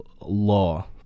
law